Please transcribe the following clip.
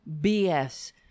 BS